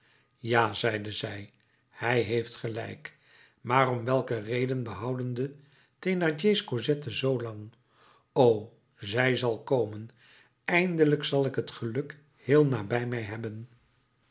ja zeide zij hij heeft gelijk maar om welke reden behouden de thénardier's cosette zoo lang o zij zal komen eindelijk zal ik het geluk heel nabij mij hebben